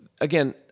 again